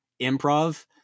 improv